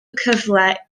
cyfle